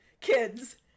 Kids